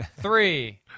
three